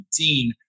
2019